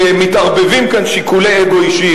שמתערבבים כאן שיקולי אגו אישיים.